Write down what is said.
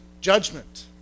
judgment